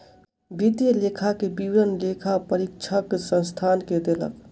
वित्तीय लेखा के विवरण लेखा परीक्षक संस्थान के देलक